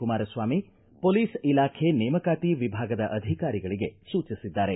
Kumaraswamy police ಇಲಾಖೆ ನೇಮಕಾತಿ ವಿಭಾಗದ ಅಧಿಕಾರಿಗಳಿಗೆ ಸೂಚಿಸಿದ್ದಾರೆ